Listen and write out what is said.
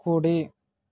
కుడి